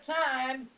time